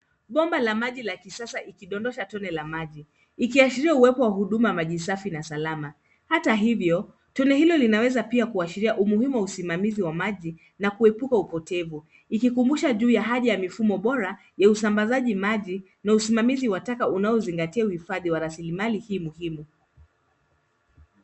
Bomba la maji la kisasa ikidondosha tone la maji, ikiashiria uwepo wa huduma ya maji safi na salama. Hata hivyo tone hilo linaweza pia kuashiria umuhimu wa usimamizi wa maji na kuepuka upotevu, ikikumbusha juu ya hali ya mifumo bora ya usambazaji maji na usimamizi wa taka unaozingatia uhifadhi wa rasilimali hii muhimu.